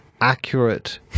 accurate